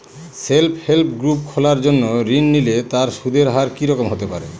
Self help group খোলার জন্য ঋণ নিলে তার সুদের হার কি রকম হতে পারে?